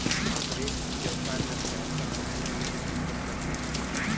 आँकड़े व्यवसाय में बेहतर निर्णय लेने में मदद करते हैं